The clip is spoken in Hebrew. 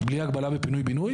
בלי הגבלה בפינוי בינוי?